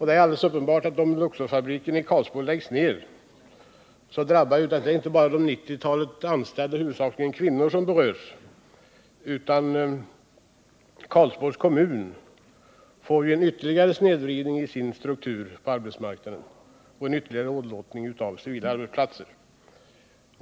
Det är uppenbart att om Luxors fabrik i Karlsborg läggs ned, drabbar det inte bara 90-talet anställda, huvudsakligen kvinnor; dét drabbar också Karlsborgs kommun, vars arbetsmarknadsstruktur yiterligare snedvrids genom denna åderlåtning på civila arbetsplatser.